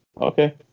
Okay